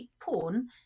porn